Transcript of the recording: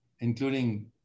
including